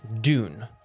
Dune